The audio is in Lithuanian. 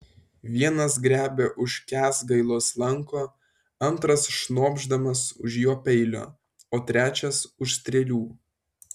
vienas griebia už kęsgailos lanko antras šnopšdamas už jo peilio o trečias už strėlių